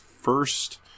first